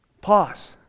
pause